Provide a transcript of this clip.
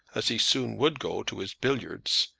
as he soon would go, to his billiards,